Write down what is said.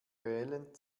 reellen